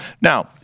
Now